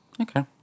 Okay